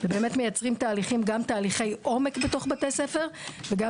מייצרים גם תהליכי עומק בתוך בתי הספר וגם